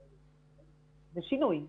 זה שינוי.